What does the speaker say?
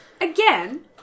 again